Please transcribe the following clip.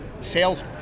Sales